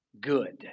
good